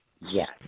Yes